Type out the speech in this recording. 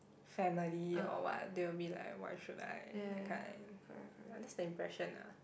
family or what they will be like why should I that kind that's the impression ah